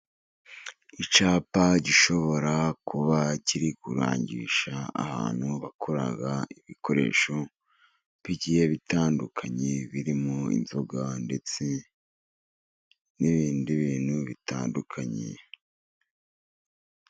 Icyapa gishobora kuba kiri kurangisha ahantu bakora ibikoresho bigiye bitandukanye, birimo inzoga, ndetse n'ibindi bintu bitandukanye.